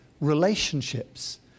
relationships